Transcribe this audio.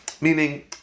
Meaning